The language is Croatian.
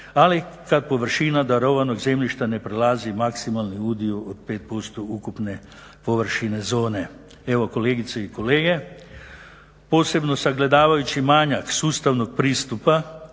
ali kad površina darovanog zemljišta ne prelazi maksimalni udio od 5% ukupne površine zone. Evo kolegice i kolege, posebno sagledavajući manjak sustavnog pristupa